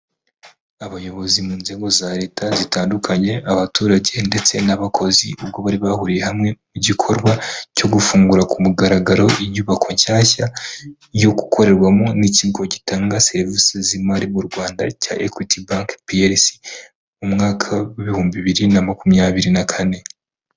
Abayobozi mu nzego za Leta zitandukanye, abaturage ndetse n'abakozi ubwo bari bahuriye hamwe igikorwa cyo gufungura ku mugaragaro inyubako nshyashya yo gukorerwamo n'ikigo gitanga serivisi z'imari mu Rwanda cya Ekwiti banke piyerisi, umwaka w'ibihumbi biri na makumyabiri na kane.